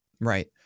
Right